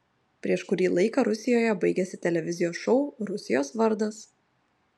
prieš kurį laiką rusijoje baigėsi televizijos šou rusijos vardas